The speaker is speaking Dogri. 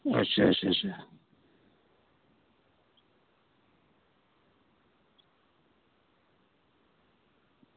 अच्छा अच्छा